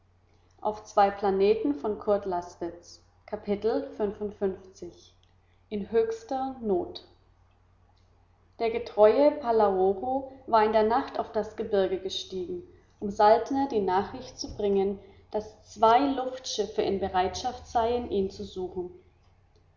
in höchster not der getreue palaoro war in der nacht auf das gebirge gestiegen um saltner die nachricht zu bringen daß zwei luftschiffe in bereitschaft seien ihn zu suchen